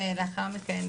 ולאחר מכן,